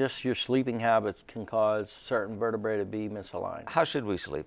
just your sleeping habits can cause certain vertebrae to be misaligned how should we sleep